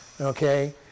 Okay